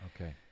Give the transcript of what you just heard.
Okay